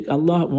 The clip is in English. Allah